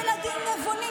ילדים נבונים,